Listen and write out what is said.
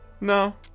no